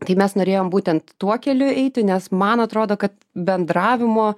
tai mes norėjom būtent tuo keliu eiti nes man atrodo kad bendravimo